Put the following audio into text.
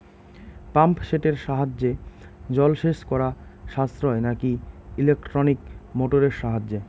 Pump সেটের সাহায্যে জলসেচ করা সাশ্রয় নাকি ইলেকট্রনিক মোটরের সাহায্যে?